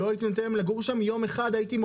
לא הייתי נותן להם לגור שם יום אחד.